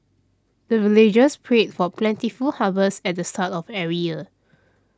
the villagers pray for plentiful harvest at the start of every year